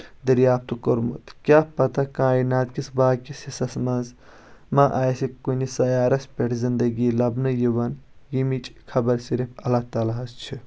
دریافتہٕ کوٚرمُت کیٛاہ پتہ کایناتکِس باقیس حِصس منٛز ما آسہِ کُنہِ سیارس پٮ۪ٹھ زِنٛدگی لبنہٕ یِوان ییٚمِچ خبر صِرف اللہ تعالیٰ ہس چھ